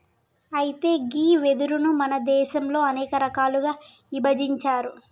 అయితే గీ వెదురును మన దేసంలో అనేక రకాలుగా ఇభజించారు